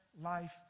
life